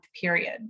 period